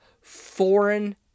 foreign